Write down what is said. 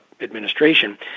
administration